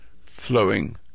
flowing